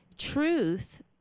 truth